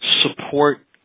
support